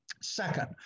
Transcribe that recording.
Second